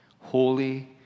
holy